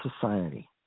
society